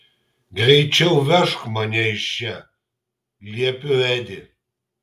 greičiau vežk mane iš čia liepiu edi